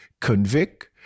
convict